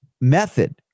method